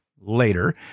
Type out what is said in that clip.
later